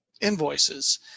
invoices